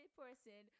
person